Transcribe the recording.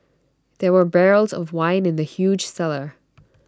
there were barrels of wine in the huge cellar